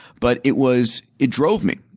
but, it was it drove me.